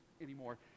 anymore